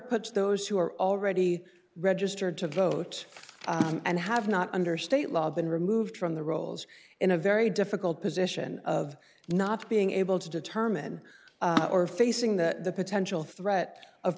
puts those who are already registered to vote and have not under state law been removed from the rolls in a very difficult position of not being able to determine or facing the potential threat of